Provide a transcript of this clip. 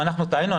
ואם אנחנו טעינו,